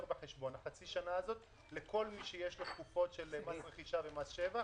בחשבון לכל מי שיש לו תקופות של מס רכישה ומס שבח.